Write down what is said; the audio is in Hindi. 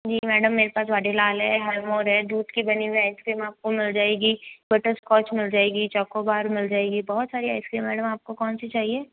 जी मैडम मेरे पास वाडीलाल है हवमोर है दूध की बनी हुई आइसक्रीम आपको मिल जाएगी बटरस्कॉच मिल जाएगी चोकोबार मिल जाएगी बहुत सारी आइसक्रीम है मैडम आपको कौन सी चाहिए